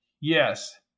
Yes